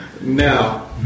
Now